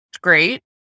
great